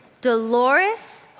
Dolores